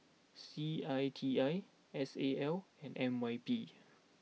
C I T I S A L and N Y P